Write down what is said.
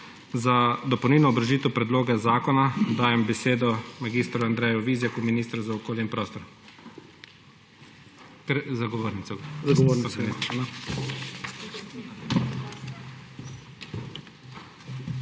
Za dopolnilno obrazložitev predloga zakona dajem besedo mag. Andreju Vizjaku, ministru za okolje in prostor.